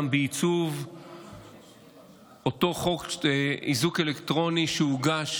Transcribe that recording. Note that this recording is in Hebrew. בעיצוב אותו חוק איזוק אלקטרוני שהוגש